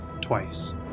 twice